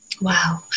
Wow